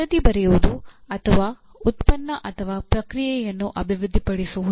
ವರದಿ ಬರೆಯುವುದು ಅಥವಾ ಉತ್ಪನ್ನ ಅಥವಾ ಪ್ರಕ್ರಿಯೆಯನ್ನು ಅಭಿವೃದ್ಧಿಪಡಿಸುವುದು